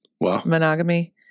monogamy